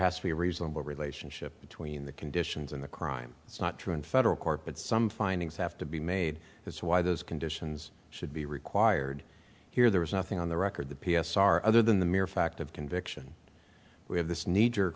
has to be a reasonable relationship between the conditions and the crime it's not true in federal court but some findings have to be made as to why those conditions should be required here there was nothing on the record that p s r other than the mere fact of conviction we have this kneejerk